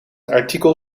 artikel